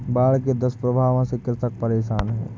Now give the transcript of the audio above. बाढ़ के दुष्प्रभावों से कृषक परेशान है